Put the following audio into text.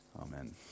Amen